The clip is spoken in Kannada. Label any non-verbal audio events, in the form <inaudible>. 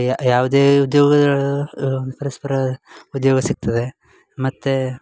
ಯಾ ಯಾವುದೇ ಉದ್ಯೋಗ <unintelligible> ಪರಸ್ಪರ ಉದ್ಯೋಗ ಸಿಗ್ತದೆ ಮತ್ತು